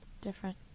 Different